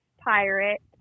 pirate